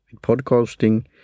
podcasting